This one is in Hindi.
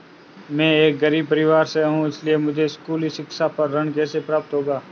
मैं एक गरीब परिवार से हूं इसलिए मुझे स्कूली शिक्षा पर ऋण कैसे प्राप्त होगा?